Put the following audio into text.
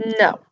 No